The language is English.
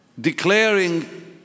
declaring